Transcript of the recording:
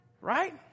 Right